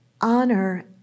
honor